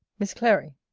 miss clary,